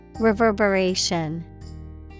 Reverberation